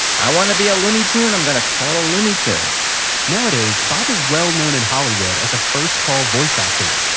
i want to be a looney tune. i'm going to call a looney tune nowadays, bob is well known in hollywood as a first-call voice actor.